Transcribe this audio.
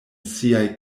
siaj